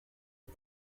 les